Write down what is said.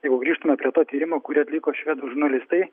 jeigu grįžtume prie to tyrimo kurį atliko švedų žurnalistai